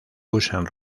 usan